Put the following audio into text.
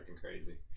crazy